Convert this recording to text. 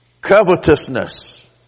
Covetousness